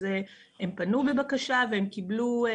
הם פנו בבקשה וקיבלו.